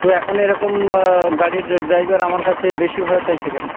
তো এখন এ রকম গাড়ির ড্রাইভার আমার কাছে বেশি ভাড়া চাইছে কেন